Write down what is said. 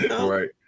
Right